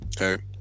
Okay